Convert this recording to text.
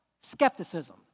skepticism